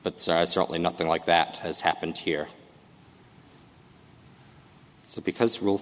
but certainly nothing like that has happened here so because r